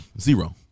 Zero